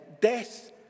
death